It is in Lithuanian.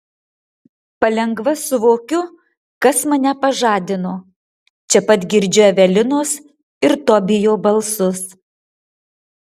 palengva suvokiu kas mane pažadino čia pat girdžiu evelinos ir tobijo balsus